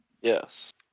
Yes